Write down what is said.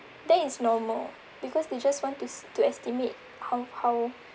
that is normal because they just want to to estimate how how